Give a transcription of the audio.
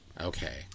Okay